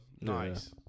Nice